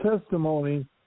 testimony